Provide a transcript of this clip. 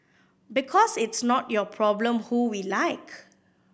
because it's not your problem who we like